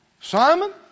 Simon